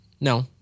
No